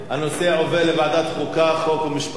הנושא עובר לוועדת החוקה, חוק ומשפט.